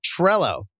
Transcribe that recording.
Trello